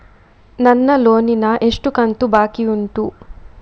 ನನ್ನ ಲೋನಿನ ಎಷ್ಟು ಕಂತು ಬಾಕಿ ಉಂಟು?